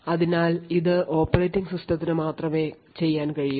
അതിനാൽ ഇത് ഓപ്പറേറ്റിംഗ് സിസ്റ്റത്തിന് മാത്രമേ ചെയ്യാൻ കഴിയൂ